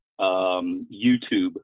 YouTube